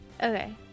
Okay